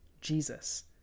Jesus